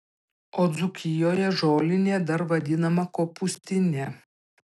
o dzūkijoje žolinė dar vadinama kopūstine